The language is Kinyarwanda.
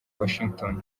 washington